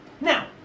Now